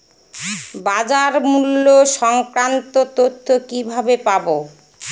বাজার মূল্য সংক্রান্ত তথ্য কিভাবে পাবো?